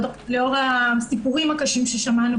לאור הסיפורים הקשים ששמענו,